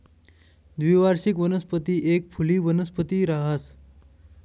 द्विवार्षिक वनस्पती एक फुली वनस्पती रहास